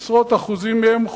עשרות אחוזים מהם,